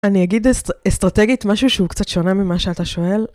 אני אגיד אסטרטגית משהו שהוא קצת שונה ממה שאתה שואל.